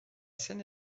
scène